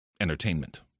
entertainment